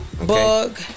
Bug